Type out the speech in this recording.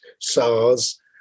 SARS